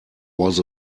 was